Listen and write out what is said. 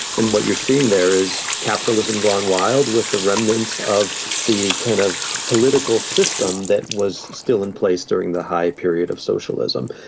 and what you are seeing there is capitalism gone wild, with the remnants of the kind of political system that was still in place during the high period of socialism.